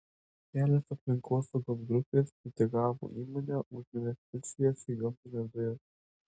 kelios aplinkosaugos grupės kritikavo įmonę už investicijas į gamtines dujas